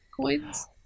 coins